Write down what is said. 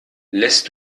lässt